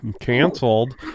canceled